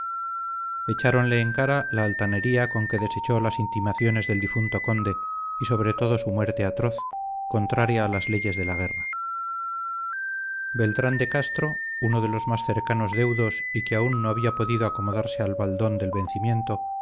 natural echáronle en cara la altanería con que desechó las intimaciones del difunto conde y sobre todo su muerte atroz contraria a las leyes de guerra beltrán de castro uno de los más cercanos deudos y que aún no había podido acomodarse al baldón del vencimiento